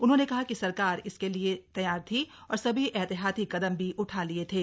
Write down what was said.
उन्होंने कहा कि सरकार इसके लिये से तैयार थी और सभी एहतियाती कदम भी उठा लिये थे